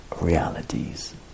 realities